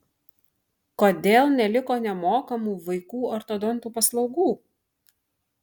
kodėl neliko nemokamų vaikų ortodontų paslaugų